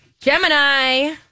Gemini